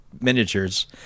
miniatures